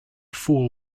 fool